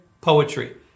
poetry